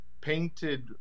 painted